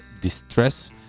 Distress